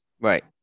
Right